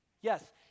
Yes